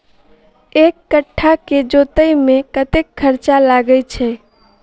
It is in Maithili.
एक कट्ठा केँ जोतय मे कतेक खर्चा लागै छै?